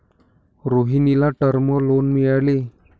रोहिणीला term loan मिळाले